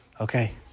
okay